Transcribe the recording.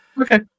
Okay